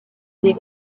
les